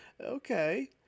Okay